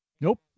Nope